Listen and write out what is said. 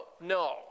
No